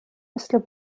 مثل